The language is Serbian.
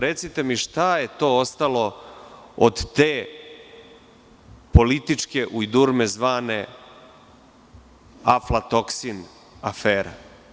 Recite mi, šta je to što je ostalo od te političke ujdurme zvane aflatoksin afera.